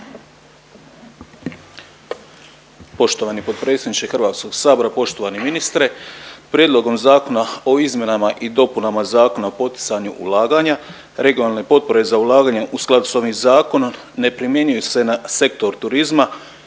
Poštovani potpredsjedniče HS-a, poštovani ministre. Prijedlogom zakona o izmjenama i dopunama Zakona o poticanju ulaganja regionalne potpore za ulaganja u skladu s ovim zakonom, ne primjenjuje se na sektor turizma,